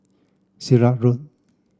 Sirat Road